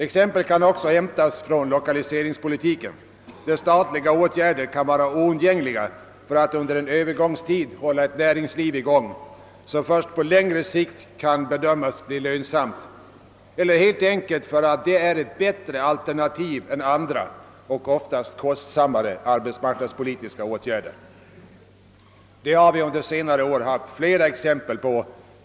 Exempel kan också hämtas från lokaliseringspolitiken, där statliga åtgärder kan vara oundgängliga för att under en övergångstid hålla i gång ett näringsliv som först på längre sikt kan bedömas bli lönsamt, eller helt enkelt därför att detta är ett bättre alternativ än andra, oftast kostsammare, arbetsmarknadspolitiska åtgärder. Det har vi i statsutskottet under senare år sett flera exempel på.